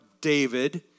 David